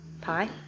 pie